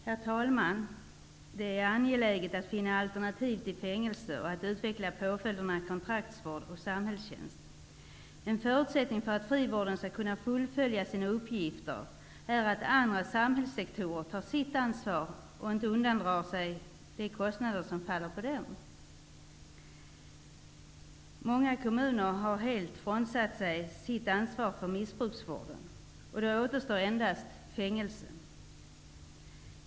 Herr talman! Det är angeläget att finna alternativ till fängelse och att utveckla påföljderna kontraktsvård och samhällstjänst. En förutsättning för att frivården skall kunna fullgöra sina uppgifter är att andra samhällssektorer tar sitt ansvar och inte undandrar sig de kostnader som faller på dem. Många kommuner har helt frånsagt sig sitt ansvar för missbruksvården, och då återstår endast fängelse.